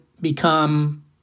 become